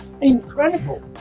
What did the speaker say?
Incredible